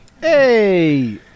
Hey